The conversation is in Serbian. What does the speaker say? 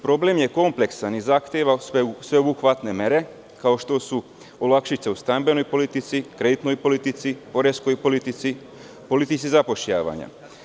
Problem je kompleksan i zahteva sveobuhvatne mere, kao što su olakšice u stambenoj politici, kreditnoj politici, poreskoj politici, politici zapošljavanja.